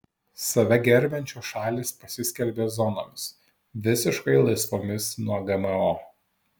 save gerbiančios šalys pasiskelbė zonomis visiškai laisvomis nuo gmo